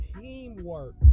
teamwork